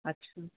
ਅੱਛਾ